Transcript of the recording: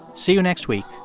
see you next week.